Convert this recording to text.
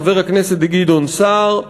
חבר הכנסת גדעון סער,